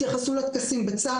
התייחסויות טקסים בצה"ל,